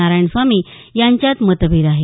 नारायणसामी यांच्यात मतभेद आहेत